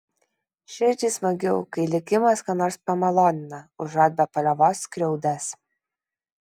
širdžiai smagiau kai likimas ką nors pamalonina užuot be paliovos skriaudęs